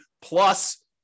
plus